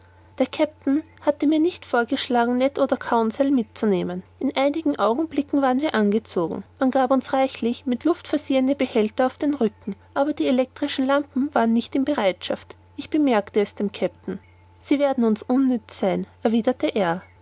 der kapitän hatte mir nicht einmal vorgeschlagen ned oder conseil mitzunehmen in einigen augenblicken waren wir angezogen man gab uns reichlich mit luft versehene behälter auf den rücken aber die elektrischen lampen waren nicht in bereitschaft ich bemerkte es dem kapitän sie würden uns unnütz sein erwiderte er